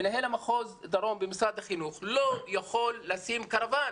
מנהל מחוז דרום במשרד החינוך לא יכול לשים קרוואן